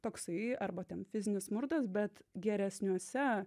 taksai arba ten fizinis smurtas bet geresniuose